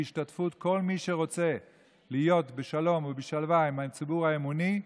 בהשתתפות כל מי שרוצה להיות בשלום ובשלווה עם הציבור האמוני,